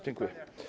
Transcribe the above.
Dziękuję.